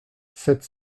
sept